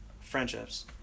friendships